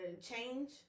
change